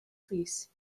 plîs